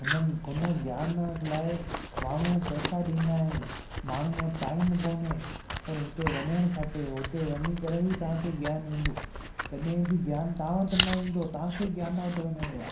हुननि हुन ज्ञान लाइ माण्हू पैसा ॾींदा आहिनि माण्हुनि वटि टाईम ई कोने पर हुते वञणु खपे हुते वञी करे ई तव्हांखे ज्ञान ईंदो कॾहिं बि ज्ञान तव्हां वटि न ईंदो तव्हांखे ज्ञान वटि वञिणो आहे